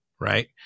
right